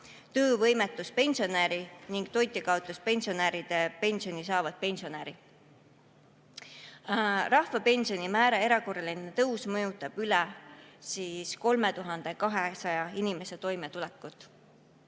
töövõimetuspensionäri ning toitjakaotuspensioni saavat pensionäri. Rahvapensioni määra erakorraline tõus mõjutab üle 3200 inimese toimetulekut.